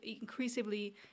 increasingly